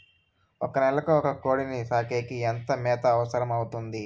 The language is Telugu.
ఒక నెలకు ఒక కోడిని సాకేకి ఎంత మేత అవసరమవుతుంది?